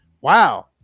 Wow